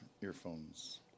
earphones